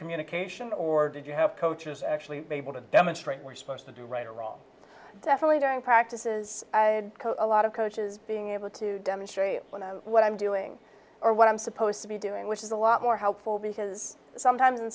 communication or did you have coaches actually able to demonstrate were supposed to do right or wrong definitely during practices i had a lot of coaches being able to demonstrate what i'm doing or what i'm supposed to be doing which is a lot more helpful because sometimes in